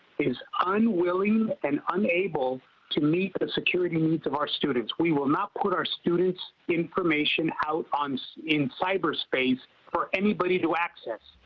is unwilling and unable to meet the security needs of our students. we will not put our students information out um so in cyberspace for anybody to access.